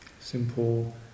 simple